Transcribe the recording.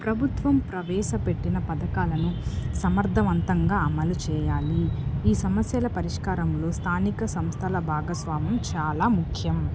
ప్రభుత్వం ప్రవేశపెట్టిన పథకాలను సమర్థవంతంగా అమలు చేయాలి ఈ సమస్యల పరిష్కారంలో స్థానిక సంస్థల భాగస్వామ్యం చాలా ముఖ్యం